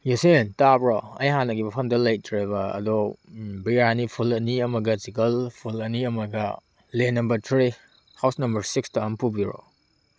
ꯌꯦꯁꯤꯟ ꯇꯥꯕ꯭ꯔꯣ ꯑꯩ ꯍꯥꯟꯅꯒꯤ ꯃꯐꯝꯗ ꯂꯩꯇ꯭ꯔꯦꯕ ꯑꯗꯣ ꯕ꯭ꯔꯤꯌꯥꯅꯤ ꯐꯨꯜ ꯑꯅꯤ ꯑꯃꯒ ꯆꯤꯛꯀꯜ ꯐꯨꯜ ꯑꯅꯤ ꯑꯃꯒ lane number three house number ꯁꯤꯛꯁꯇ ꯑꯝ ꯄꯨꯕꯤꯔꯛꯑꯣ